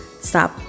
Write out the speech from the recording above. stop